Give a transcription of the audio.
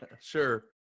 Sure